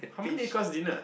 how many cost dinner